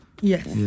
yes